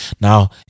Now